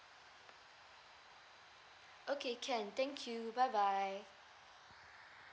okay can thank you bye bye